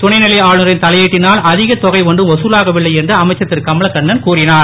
துணை நிலை ஆளுநரின் தலையீட்டினால் அதிக தொகை ஒன்றும் வதலாகவில்லை என்று அமைச்சர் திரு கமலக் கண்ணன் கூறினார்